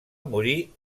morir